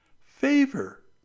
favor